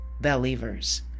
Believers